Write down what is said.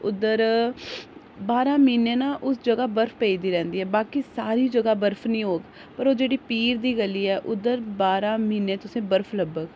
उद्धर बारां म्हीने ना उस जगह् बर्फ पेदी रौंह्दी ऐ बाकी सारी जगह् बर्फ नेईं होग पर ओह् जेह्ड़ी पीर दी गली ऐ उद्धर बारां म्हीने तुसें ई बर्फ लब्भग